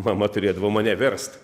mama turėdavo mane verst